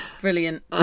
brilliant